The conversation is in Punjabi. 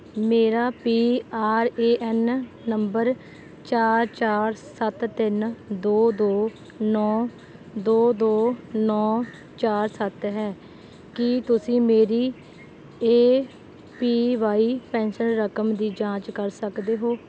ਮੇਰਾ ਪੀ ਆਰ ਏ ਐੱਨ ਨੰਬਰ ਚਾਰ ਚਾਰ ਸੱਤ ਤਿੰਨ ਦੋ ਦੋ ਨੌਂ ਦੋ ਦੋ ਨੌਂ ਚਾਰ ਸੱਤ ਹੈ ਕੀ ਤੁਸੀਂ ਮੇਰੀ ਏ ਪੀ ਵਾਈ ਪੈਨਸ਼ਨ ਰਕਮ ਦੀ ਜਾਂਚ ਕਰ ਸਕਦੇ ਹੋ